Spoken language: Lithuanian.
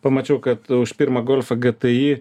pamačiau kad už pirma golfą gti